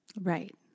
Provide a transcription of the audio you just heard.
Right